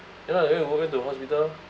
ya lah then we go back to the hospital lor